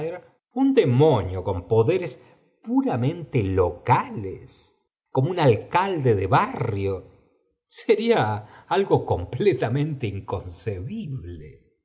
un demonio con poderes puramente locales como un alcalde de barrio sería algo completamente inconcebible